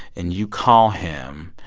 and you call him.